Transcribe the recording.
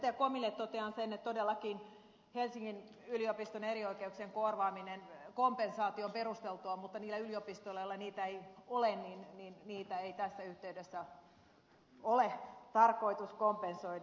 komille totean sen että todellakin helsingin yliopiston erioikeuksien kompensaatio on perusteltua mutta niiden yliopistojen osalta joilla niitä ei ole niitä ei tässä yhteydessä ole tarkoitus kompensoida